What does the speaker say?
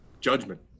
Judgment